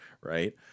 Right